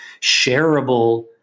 shareable